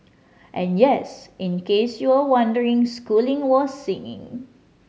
and yes in case you were wondering Schooling was singing